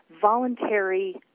voluntary